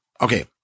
Okay